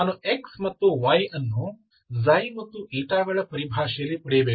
ನಾನು x ಮತ್ತು y ಅನ್ನು ξ ಮತ್ತು η ಗಳ ಪರಿಭಾಷೆಯಲ್ಲಿ ಪಡೆಯಬೇಕು